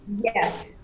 Yes